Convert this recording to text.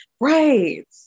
Right